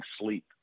sleep